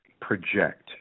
project